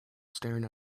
staring